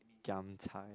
giam cai